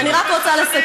אנחנו לא עשינו כלום.